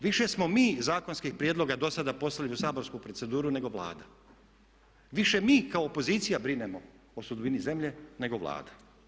Više smo mi zakonskih prijedloga do sada poslali u saborsku proceduru nego Vlada, više mi kao opozicija brinemo o sudbini zemlje nego Vlada.